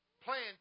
playing